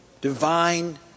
divine